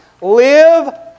Live